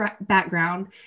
background